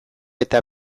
eta